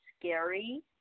scary